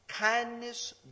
kindness